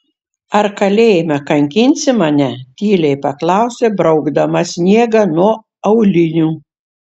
ar kalėjime kankinsi mane tyliai paklausė braukdama sniegą nuo aulinių